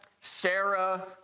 Sarah